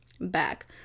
back